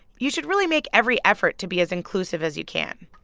you should really make every effort to be as inclusive as you can.